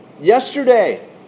Yesterday